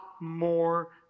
more